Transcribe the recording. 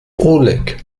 oleg